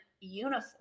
uniform